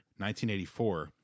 1984